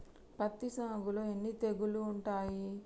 పత్తి సాగులో ఎన్ని తెగుళ్లు ఉంటాయి?